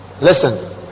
listen